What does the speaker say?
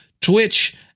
Twitch